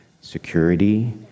security